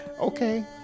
okay